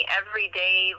everyday